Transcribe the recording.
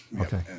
Okay